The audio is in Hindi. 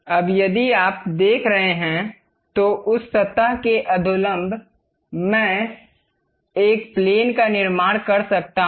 अब यदि आप देख रहे हैं तो उस सतह के अधोलंब मैं एक प्लेन का निर्माण कर सकता हूं